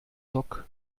dock